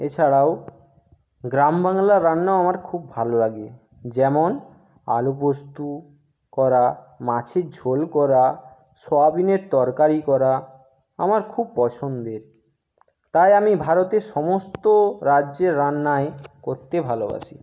এছাড়াও গ্রাম বাংলার রান্নাও আমার খুব ভালো লাগে যেমন আলু পোস্ত করা মাছের ঝোল করা সোয়াবিনের তরকারি করা আমার খুব পছন্দের তাই আমি ভারতের সমস্ত রাজ্যের রান্নাই করতে ভালোবাসি